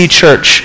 church